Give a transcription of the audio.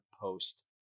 post